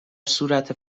صورت